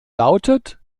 lautet